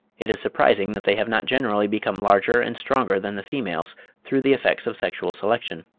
it is surprising that they have not generally become larger and stronger than the females through the effects of sexual selection.